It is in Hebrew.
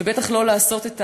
ובטח לא לעשות,